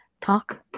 talk